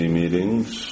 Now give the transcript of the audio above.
meetings